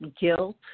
guilt